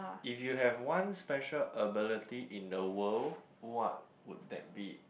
if you have one special ability in the world what would that be it